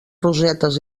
rosetes